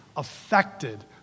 affected